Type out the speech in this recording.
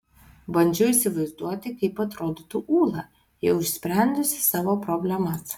bandžiau įsivaizduoti kaip atrodytų ūla jau išsprendusi savo problemas